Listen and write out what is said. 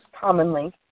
commonly